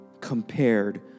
compared